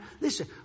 Listen